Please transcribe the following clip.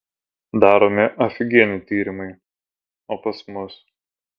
daromi afigieni tyrimai o pas mus